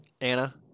Anna